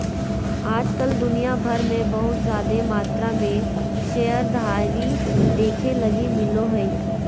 आज कल दुनिया भर मे बहुत जादे मात्रा मे शेयरधारी देखे लगी मिलो हय